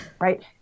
right